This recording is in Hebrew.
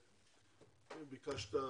ביקשת,